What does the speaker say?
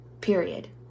period